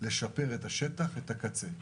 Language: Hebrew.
לשפר את השטח ואת הקצה.